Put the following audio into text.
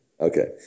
Okay